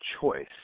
choice